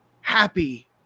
happy